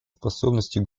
способностью